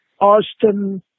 Austin